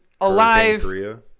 alive